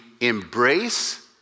embrace